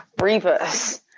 Reverse